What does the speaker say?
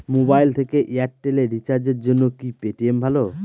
Mobile থেকে Airtel এ রিচার্জের জন্য কি পেটিএম ভালো?